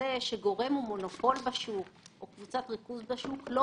שגורם הוא מונופול בשוק או קבוצת ריכוז בשוק עוד